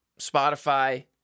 Spotify